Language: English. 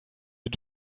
you